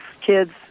kids